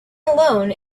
alone